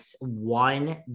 one